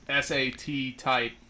SAT-type